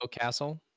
castle